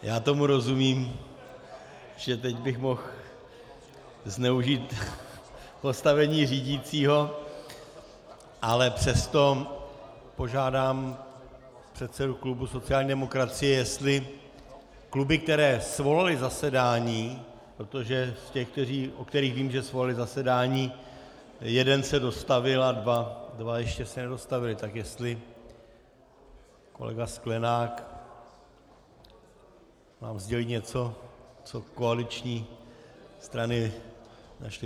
Já tomu rozumím, že teď bych mohl zneužít postavení řídícího, ale přesto požádám předsedu klubu sociální demokracie, jestli kluby, které svolaly zasedání, protože z těch, o kterých vím, že svolaly zasedání, jeden se dostavil a dva se ještě nedostavily, tak jestli kolega Sklenák nám sdělí něco, co koaliční strany ještě...